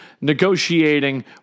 negotiating